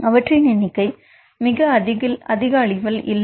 அவற்றின் எண்ணிக்கை மிக அதிக அளவில் இல்லை